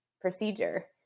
procedure